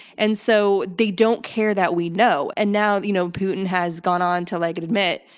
and so, they don't care that we know. and now, you know, putin has gone on to like admit,